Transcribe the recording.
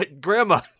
Grandma